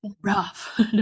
rough